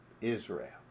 Israel